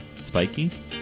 spiky